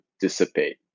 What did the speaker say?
dissipate